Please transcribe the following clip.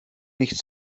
nicht